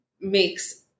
makes